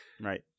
Right